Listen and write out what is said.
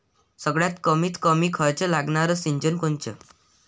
सगळ्यात कमीत कमी खर्च लागनारं सिंचन कोनचं?